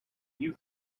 youth